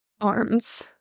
arms